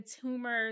tumors